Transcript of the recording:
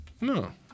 No